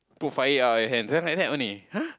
put fire out with your hands then like that only !huh!